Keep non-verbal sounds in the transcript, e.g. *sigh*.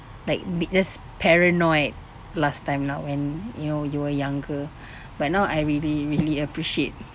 like be~ just paranoid last time lah when you know you were younger *breath* but now I really really appreciate